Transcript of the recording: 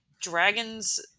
dragons